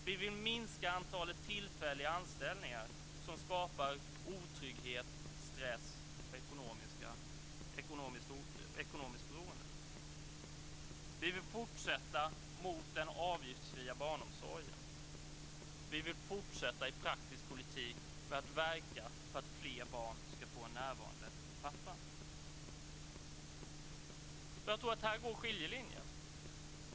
Vi vill minska antalet tillfälliga anställningar som skapar otrygghet, stress och ekonomiskt beroende. Vi vill fortsätta mot den avgiftsfria barnomsorgen. Vi vill fortsätta i praktisk politik med att verka för att fler barn ska få en närvarande pappa. Här går skiljelinjen.